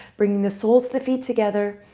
bringing the soles of the feet together,